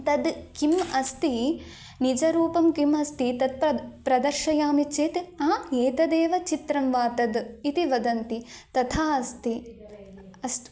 तद् किम् अस्ति निजरूपं किम् अस्ति तत् प्रद् प्रदर्शयामि चेत् आ एतदेव चित्रं वा तद् इति वदन्ति तथा अस्ति अस्तु